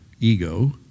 ego